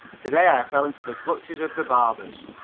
to-day i fell into the clutches of the barbers.